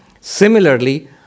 Similarly